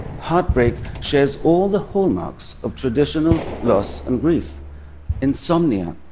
heartbreak shares all the hallmarks of traditional loss and grief insomnia,